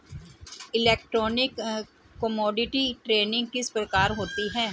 Electronic commodity trading किस प्रकार होती है?